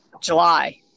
July